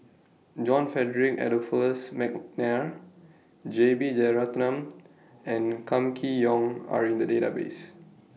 John Frederick Adolphus Mcnair J B Jeyaretnam and Kam Kee Yong Are in The Database